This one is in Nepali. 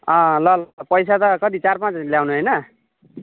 अँ ल ल ल पैसा त कति चार पाँच ल्याउनु हैन